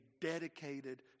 dedicated